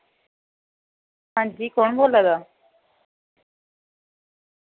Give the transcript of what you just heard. अंजी कु'न बोल्ला दा